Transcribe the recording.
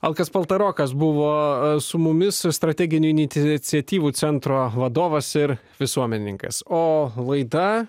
alkas paltarokas buvo su mumis strateginių iniciatyvų centro vadovas ir visuomenininkas o laida